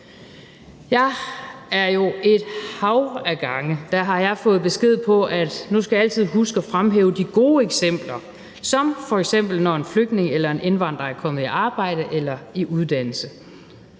altså nu. Et hav af gange har jeg fået besked på, at nu skal jeg altid huske at fremhæve de gode eksempler, som f.eks. når en flygtning eller indvandrer er kommet i arbejde eller i uddannelse,